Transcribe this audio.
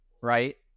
right